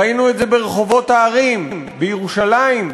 ראינו את זה ברחובות הערים, בירושלים,